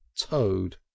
toad